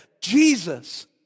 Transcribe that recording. Jesus